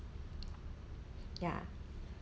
ya